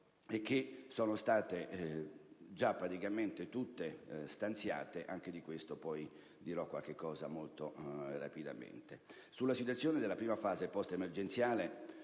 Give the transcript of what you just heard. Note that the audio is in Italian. e che sono stati già praticamente tutti stanziati: anche su questo dirò poi qualcosa, molto rapidamente. Sulla situazione della prima fase post-emergenziale